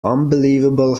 unbelievable